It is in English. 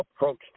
approached